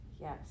Yes